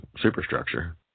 superstructure